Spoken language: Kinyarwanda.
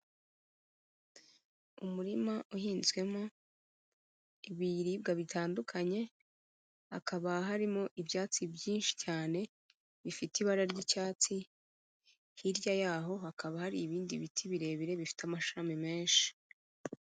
Umurima uhinzwemo ibiribwa bitandukanye, hakaba harimo ibyatsi byinshi cyane bifite ibara ry'icyatsi, hirya yaho hakaba hari ibindi biti birebire bifite amashami menshi.